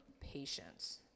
patience